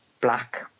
black